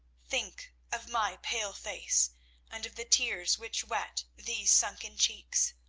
think of my pale face and of the tears which wet these sunken cheeks.